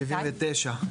מסעיף 79(ה).